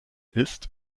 ist